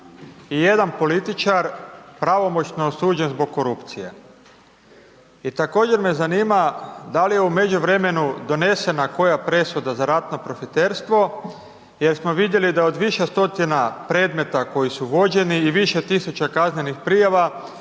ijedan političar pravomoćno osuđen zbog korupcije? I također me zanima da li je u međuvremenu donesena koja presuda za ratno profiterstvo, jel smo vidjeli da od više stotina predmeta koji su vođeni i više tisuća kaznenih prijava